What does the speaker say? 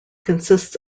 consists